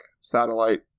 satellite